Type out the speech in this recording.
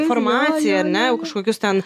informacija ar ne jau kažkokius ten